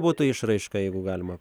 būtų išraiška jeigu galima